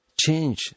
change